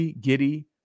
Giddy